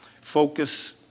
focus